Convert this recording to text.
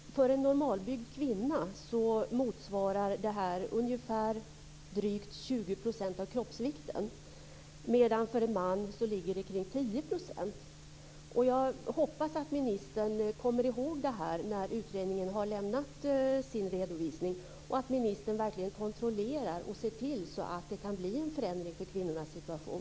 För en normalbyggd kvinna motsvarar det ungefär drygt 20 % av kroppsvikten medan det för en man ligger kring 10 %. Jag hoppas att ministern kommer ihåg det när utredningen har lämnat sin redovisning och att ministern verkligen kontrollerar och ser till så att det kan bli en förändring för kvinnornas situation.